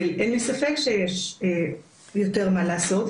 אין לי ספק שיש יותר מה לעשות,